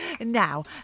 Now